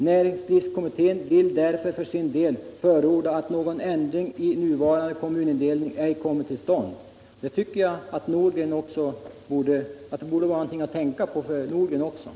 Näringslivskommittén vill för sin del förorda att någon ändring i nuvarande kommunindelning ej kommer till stånd.” Jag tycker att detta borde vara någonting att tänka på även för herr Nordgren